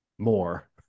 More